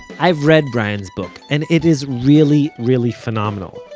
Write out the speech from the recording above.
i've read brian's book, and it is really really phenomenal.